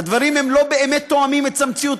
הדברים הם לא באמת תואמים את המציאות.